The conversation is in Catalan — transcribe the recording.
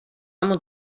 amo